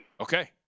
Okay